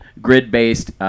grid-based